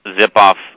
zip-off